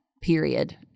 period